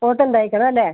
കോട്ടും തയ്ക്കണം അല്ലേ